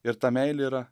ir ta meilė yra